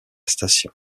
station